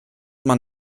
man